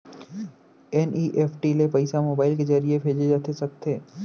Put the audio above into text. NEFT ले पइसा mobile के ज़रिए भेजे जाथे सकथे?